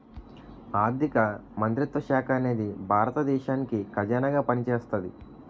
ఆర్ధిక మంత్రిత్వ శాఖ అనేది భారత దేశానికి ఖజానాగా పనిచేస్తాది